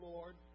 Lord